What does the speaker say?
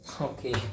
Okay